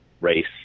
race